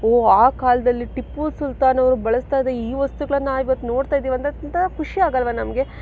ಓ ಆ ಕಾಲದಲ್ಲಿ ಟಿಪ್ಪು ಸುಲ್ತಾನ್ ಅವರು ಬಳಸ್ತಾ ಇದ್ದ ಈ ವಸ್ತುಗಳನ್ನು ಇವತ್ತು ನೋಡ್ತಾ ಇದ್ದೀವಿ ಅಂದರೆ ಎಂತಹ ಖುಷಿ ಆಗಲ್ವಾ ನಮಗೆ